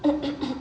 B B C